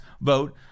vote